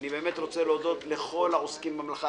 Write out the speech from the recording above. אני רוצה להודות לכל העוסקים במלאכה.